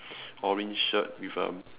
orange shirt with a